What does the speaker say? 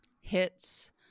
hits